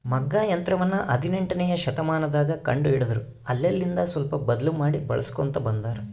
ಮಗ್ಗ ಯಂತ್ರವನ್ನ ಹದಿನೆಂಟನೆಯ ಶತಮಾನದಗ ಕಂಡು ಹಿಡಿದರು ಅಲ್ಲೆಲಿಂದ ಸ್ವಲ್ಪ ಬದ್ಲು ಮಾಡಿ ಬಳಿಸ್ಕೊಂತ ಬಂದಾರ